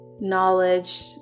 knowledge